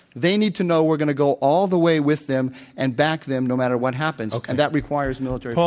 they need to know we're going to go all the way with them and back them no matter what happens, and that requires military force.